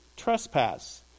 trespass